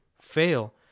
fail